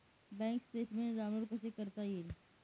Bank statement download कसे करता येईल?